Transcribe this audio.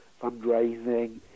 fundraising